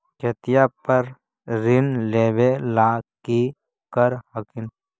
खेतिया पर ऋण लेबे ला की कर हखिन?